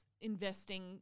investing –